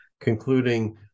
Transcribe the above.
concluding